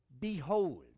behold